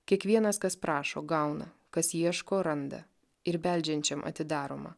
kiekvienas kas prašo gauna kas ieško randa ir beldžiančiam atidaroma